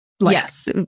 Yes